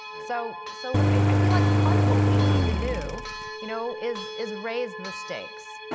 so so i feel like part of what we need to do you know is is raise the stakes,